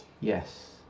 Yes